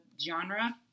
genre